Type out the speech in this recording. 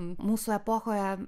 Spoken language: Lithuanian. mūsų epochoje